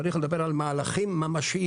צריך לדבר על מהלכים ממשיים.